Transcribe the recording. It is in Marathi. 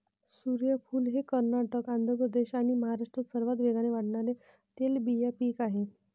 सूर्यफूल हे कर्नाटक, आंध्र प्रदेश आणि महाराष्ट्रात सर्वात वेगाने वाढणारे तेलबिया पीक आहे